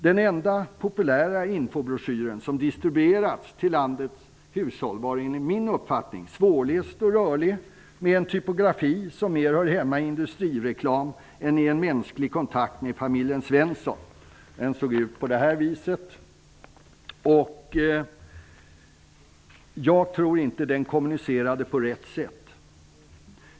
Den enda populära informationsbroschyren som distribuerats till landets hushåll är enligt min uppfattning svårläst och rörig. Typografin på den hör mer hemma i industrireklamen än i en mänsklig kontakt med familjen Svensson. Jag visar upp den här så att ni kan se hur den ser ut. Jag tror inte att den kommunicerar på rätt sätt.